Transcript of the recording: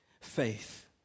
faith